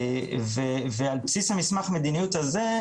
על בסיס מסמך המדיניות הזה,